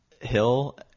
hill